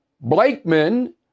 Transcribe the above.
Blakeman